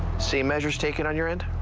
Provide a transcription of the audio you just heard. same measures taken on your end?